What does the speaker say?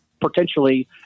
potentially